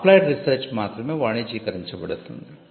applied research మాత్రమే వాణిజ్యీకరించబడుతుంది